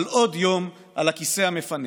על עוד יום על הכיסא המפנק.